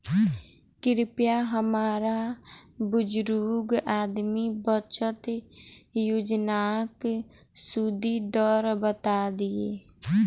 कृपया हमरा बुजुर्ग आदमी बचत योजनाक सुदि दर बता दियऽ